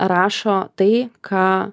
rašo tai ką